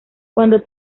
cuando